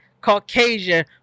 Caucasian